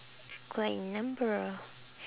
quite a number